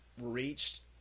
reached